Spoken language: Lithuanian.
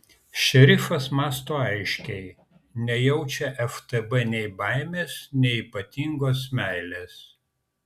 šerifas mąsto aiškiai nejaučia ftb nei baimės nei ypatingos meilės